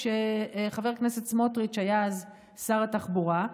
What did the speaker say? כשחבר הכנסת סמוטריץ' היה אז שר התחבורה.